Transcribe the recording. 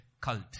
cult